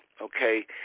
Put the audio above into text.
okay